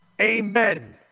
Amen